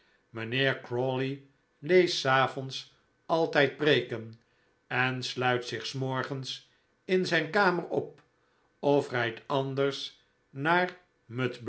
mijnheer crawley leest s avonds altijd preeken en sluit zich s morgens in zijn kamer op of rijdt anders naar